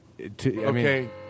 Okay